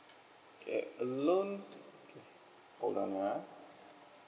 okay a loan hold on ah